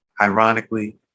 ironically